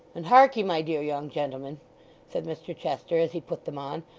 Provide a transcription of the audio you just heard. and harkee, my dear young gentleman said mr chester, as he put them on,